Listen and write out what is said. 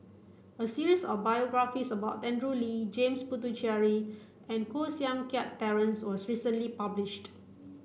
a series of biographies about Andrew Lee James Puthucheary and Koh Seng Kiat Terence was recently published